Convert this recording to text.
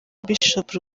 bishop